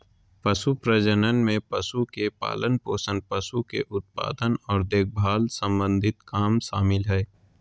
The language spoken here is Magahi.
पशु प्रजनन में पशु के पालनपोषण, पशु के उत्पादन आर देखभाल सम्बंधी काम शामिल हय